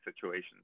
situations